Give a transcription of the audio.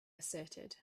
asserted